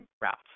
routes